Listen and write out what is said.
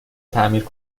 تعمیر